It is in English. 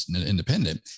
independent